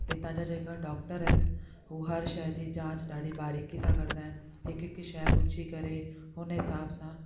हितां जा जेका डॉक्टर आहिनि हू हर शइ जी जांच ॾाढी बारिकी सां कंदा आहिनि हिक हिक शइ पुछी करे हुने हिसाब सां